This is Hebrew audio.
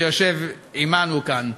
שיושב עמנו כאן.